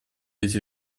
эти